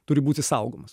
turi būti saugomas